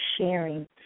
sharing